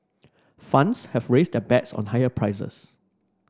funds have raised their bets on higher prices